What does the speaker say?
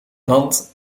land